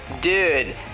dude